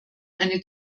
eine